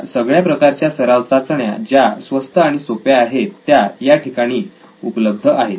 अशा सगळ्या प्रकारच्या सराव चाचण्या ज्या स्वस्त आणि सोप्या आहेत त्या याठिकाणी उपलब्ध आहेत